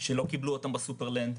שלא קיבלו אותם בסופרלנד,